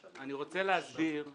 עכשיו הוא מתחיל לייצר בעצמו.